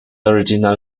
original